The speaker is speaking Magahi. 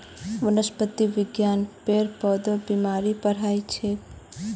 वनस्पतिरोग विज्ञान पेड़ पौधार बीमारीर पढ़ाई छिके